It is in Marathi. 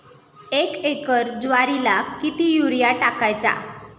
एक एकर ज्वारीला किती युरिया टाकायचा?